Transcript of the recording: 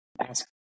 ask